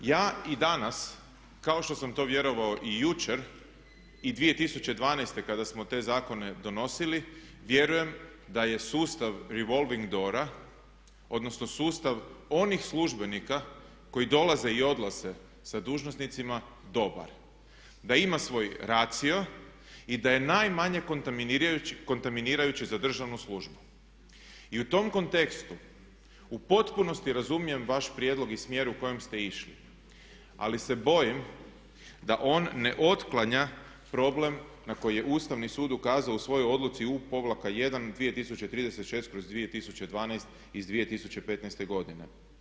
Ja i danas kao što sam to vjerovao i jučer i 2012. kada smo te zakone donosili, vjerujem da je sustav revolving doora odnosno sustav onih službenika koji dolaze i odlaze sa dužnosnicima dobar, da ima svoj racio i da je najmanje kontaminirajući za državnu službu i u tom kontekstu u potpunosti razumijem vaš prijedlog i smjer u kojem ste išli ali se bojim da on ne otklanja problem na koji je Ustavni sud ukazao u svojoj odluci u -1 2036/2012 iz 2015.godine.